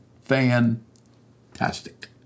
fantastic